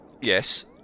Yes